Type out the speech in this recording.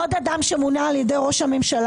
עוד אדם שמונה על ידי ראש הממשלה,